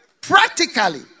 practically